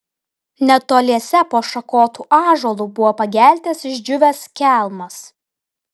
netoliese po šakotu ąžuolu buvo pageltęs išdžiūvęs kelmas